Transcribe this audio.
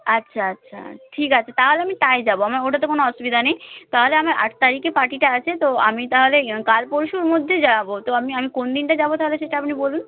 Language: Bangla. আচ্ছা আচ্ছা ঠিক আছে তাহালে আমি তাই যাবো আমার ওটাতে কোনো অসুবিধা নেই তাহলে আমার আট তারিখে পার্টিটা আছে তো আমি তাহলে কাল পরশুর মধ্যে যাবো তো আমি আমি কোন দিনটা যাবো তাহলে সেটা আপনি বলুন